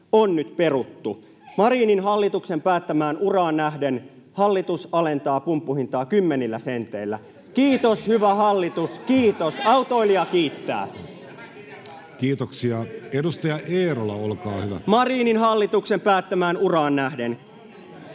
on nyt peruttu. Marinin hallituksen päättämään uraan nähden hallitus alentaa pumppuhintaa kymmenillä senteillä. Kiitos, hyvä hallitus, kiitos! Autoilija kiittää. [Välihuutoja keskeltä ja vasemmalta — Vestman: Marinin hallituksen päättämään uraan nähden!]